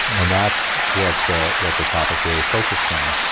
and that's what what the topic really focused on.